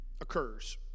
occurs